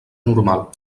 normal